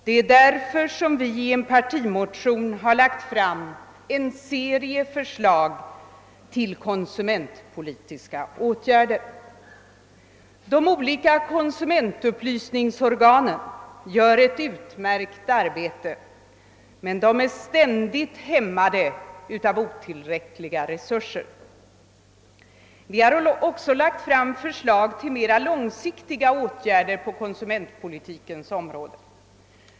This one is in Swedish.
Det är därför som vi i en partimotion har lagt fram en serie förslag till konsumentpolitiska åtgärder. De olika konsumentupplysningsorganen gör ett utmärkt arbete, men de är ständigt hämmade av att resurserna är otillräckliga. Vi har också lagt fram förslag till mera långsiktiga åtgärder på konsumentpolitikens område.